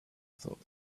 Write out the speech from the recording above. thought